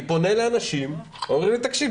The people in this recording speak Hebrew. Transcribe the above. הוא פונה לאנשים והם אומרים לו: "תקשיב,